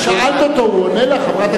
שאלת אותו והוא עונה לך.